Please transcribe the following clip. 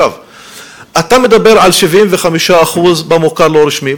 אתה מדבר על 75% במוכר הלא-רשמי,